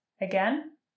again